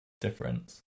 difference